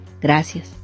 Gracias